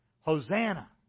Hosanna